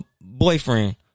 boyfriend